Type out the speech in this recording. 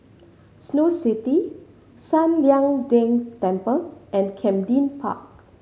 Snow City San Lian Deng Temple and Camden Park